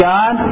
God